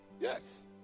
Yes